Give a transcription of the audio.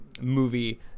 movie